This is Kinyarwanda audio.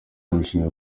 imishinga